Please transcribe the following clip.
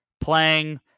playing